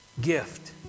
gift